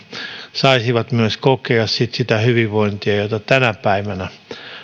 saisivat myös kokea sitä hyvinvointia jota tänä päivänä